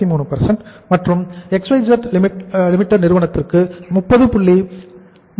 33 மற்றும் XYZ Limited நிறுவனத்திற்கு 30